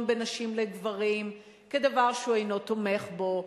בין נשים וגברים כדבר שהוא אינו תומך בו,